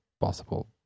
possible